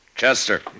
Chester